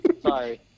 Sorry